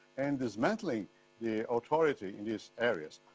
and dismantling the authorities in these areas.